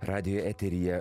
radijo eteryje